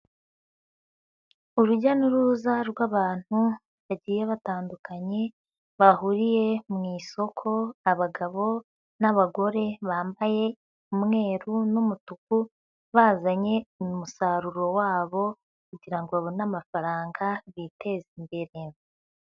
Urujya n'uruza rw'abantu bagiye batandukanye, bahuriye mu isoko, abagabo n'abagore bambaye umweru n'umutuku, bazanye umusaruro wabo kugira ngo babone amafaranga biteza imbere.